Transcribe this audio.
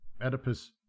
Oedipus